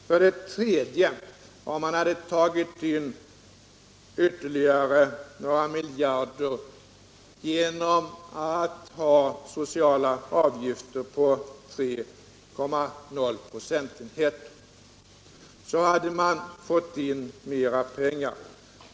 För det tredje sägs det att om man hade tagit in ytterligare några miljarder genom att ha sociala avgifter på 3,0 procentenheter hade man fått in mera pengar.